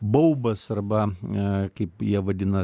baubas arba kaip jie vadina